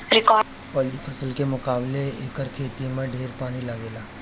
अउरी फसल के मुकाबले एकर खेती में ढेर पानी लागेला